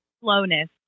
slowness